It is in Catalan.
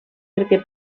perquè